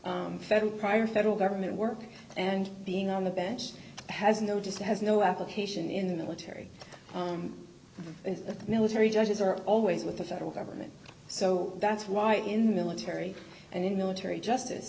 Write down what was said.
federal prior federal government work and being on the bench has noticed has no application in the military and the military judges are always with the federal government so that's why in the military and in military justice